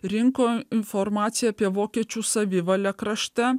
rinko informaciją apie vokiečių savivalę krašte